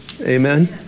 Amen